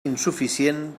insuficient